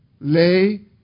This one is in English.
lay